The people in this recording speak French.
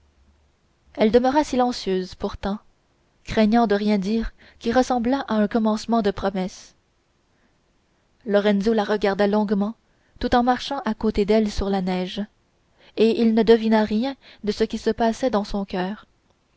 elle demeura silencieuse pourtant craignant de rien dire qui ressemblât à un commencement de promesse lorenzo la regarda longuement tout en marchant à côté d'elle sur la neige et il ne devina rien de ce qui se passait dans son coeur